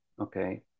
okay